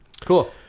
Cool